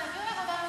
נעביר לעבודה ורווחה,